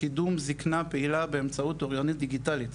לקידום זקנה באמצעות אוריינות דיגיטלית,